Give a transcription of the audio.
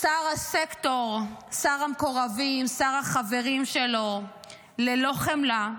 שר הסקטור, שר המקורבים, שר החברים שלו, ללא חמלה,